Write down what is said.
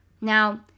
Now